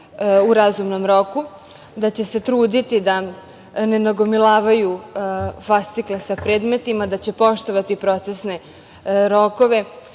u razumnom roku, da će se truditi da ne nagomilavaju fascikle sa predmetima, da će poštovati procesne rokove,